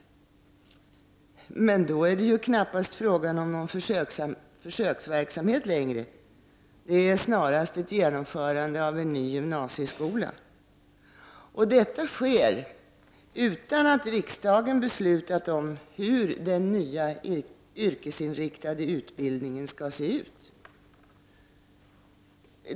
Men då är det knappast någon försöksverksamhet längre, utan det är snarast ett genomförande av en ny gymnasieskola. Och detta sker utan att riksdagen beslutat hur den nya yrkesinriktade utbildningen skall se ut.